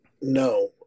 no